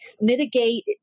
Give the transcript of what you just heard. mitigate